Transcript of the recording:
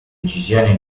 decisioni